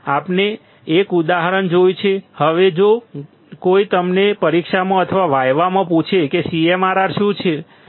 આપણે એક ઉદાહરણ જોયું છે હવે જો કોઈ તમને પરીક્ષામાં અથવા વાઇવા માં પૂછે કે CMRR શું હોવું જોઈએ